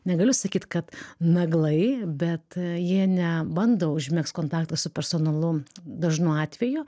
negaliu sakyt kad naglai bet jie nebando užmegzt kontakto su personalu dažnu atveju